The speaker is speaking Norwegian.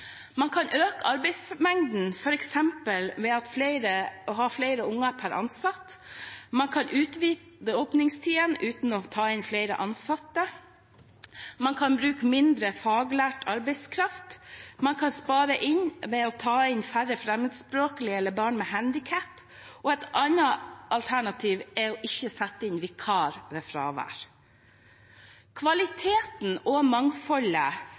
Man kan øke arbeidsmengden ved f.eks. å ha flere unger per ansatt, man kan utvide åpningstidene uten å ta inn flere ansatte, man kan bruke mindre faglært arbeidskraft, man kan spare inn ved å ta inn færre fremmedspråklige barn eller barn med handicap, og et annet alternativ er å ikke sette inn vikar ved fravær. Kvaliteten og mangfoldet